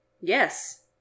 Yes